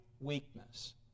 Weakness